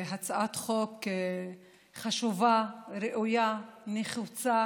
הצעת חוק חשובה, ראויה, נחוצה